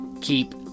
Keep